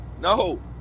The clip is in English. No